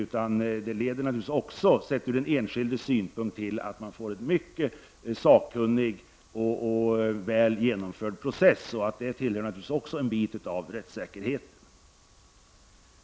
Sett från den enskildes synpunkt leder det givetvis också till att man får en mycket sakkunnig och väl genomförd process. Detta är naturligtvis också någonting som tillhör rättssäkerheten.